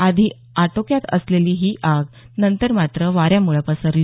आधी आटोक्यात असलेली ही आग नंतर मात्र वाऱ्यामुळे पसरली